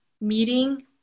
meeting